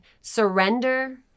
surrender